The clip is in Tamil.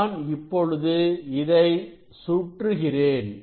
நான் இப்பொழுது இதை சுற்றுகிறேன்